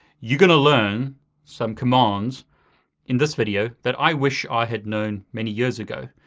you're gonna learn some commands in this video that i wish i had known many years ago.